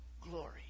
glory